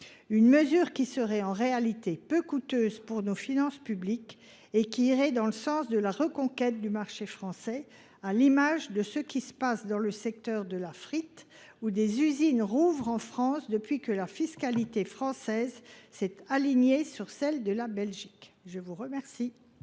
Cette mesure, qui serait peu coûteuse pour nos finances publiques, irait dans le sens de la reconquête du marché français, à l’instar de ce qui se passe dans le secteur de la frite : des usines rouvrent en France depuis que notre fiscalité s’est alignée sur celle de la Belgique. L’amendement